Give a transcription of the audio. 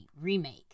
remake